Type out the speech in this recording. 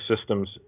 systems